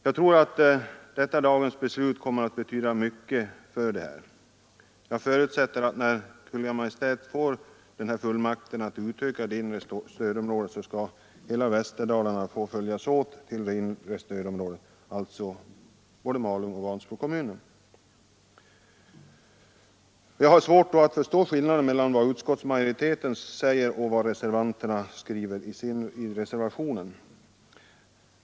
Jag tror att dagens beslut kommer att betyda mycket för detta. Jag förutsätter att, när Kungl. Maj:t får fullmakten att utöka det inre stödområdet, hela Västerdalarna, alltså både Malung och Vansbro kommuner skall få följas åt. Jag har svårt att förstå skillnaden mellan vad utskottsmajoriteten säger och vad reservanterna skriver i reservationen.